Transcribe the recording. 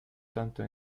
tanto